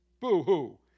Boo-hoo